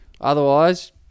Otherwise